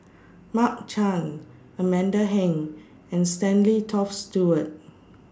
Mark Chan Amanda Heng and Stanley Toft Stewart